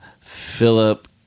Philip